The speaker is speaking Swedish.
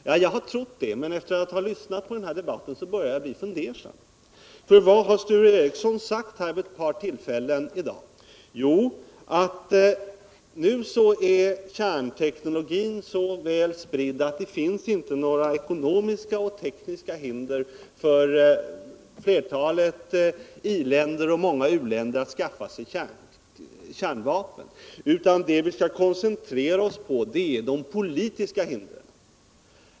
Ja, jag har trott det. Men efter att ha lyssnat på den här debatten börjar jag bli fundersam. Sture Ericson har vid ett par tillfällen här i dag sagt att kärnteknologin nu är så väl spridd att det inte finns några ekonomiska och tekniska hinder för flertalet industriländer och många u-länder att skaffa sig kärnkraft. Det vi skall koncentrera oss på är därför de politiska hindren.